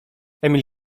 emil